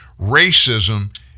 Racism